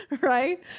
right